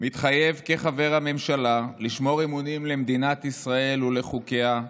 מתחייב כחבר הממשלה לשמור אמונים למדינת ישראל ולחוקיה,